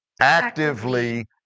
actively